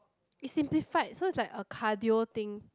it's simplified so it's like a cardio thing